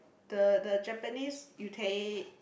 the the Japanese utei